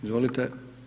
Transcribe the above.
Izvolite.